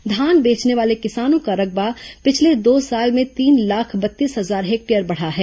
धान बेचने वाले किसानों का रकबा पिछले दो साल में तीन लाख बत्तीस हजार हेक्टेयर बढ़ा है